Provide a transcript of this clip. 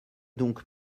donc